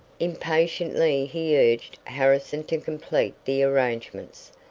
impatiently he urged harrison to complete the arrangements,